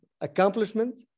accomplishment